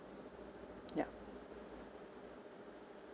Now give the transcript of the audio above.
yup